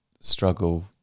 struggle